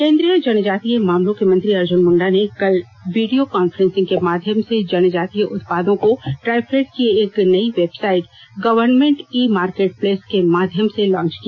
केन्द्रीय जनजातीय मामलों के मंत्री अर्जन मृण्डा ने कल वीडियों कांफ्रेसिंग के माध्यम से जनजातीय उत्पादों को ट्राईफेड की एक नई website government e market place के माध्यम से लॉच किया